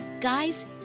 Guys